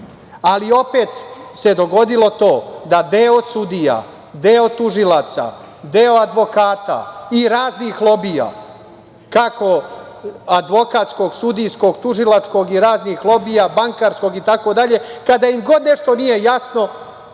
ali opet se dogodilo to da deo sudija, deo tužioca, deo advokata i raznih lobija, kako advokatskog, sudijskog, tužilačkog i raznih lobija, bankarskog i tako dalje, kada im god nešto nije jasno,